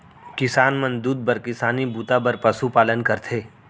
किसान मन दूद बर किसानी बूता बर पसु पालन करथे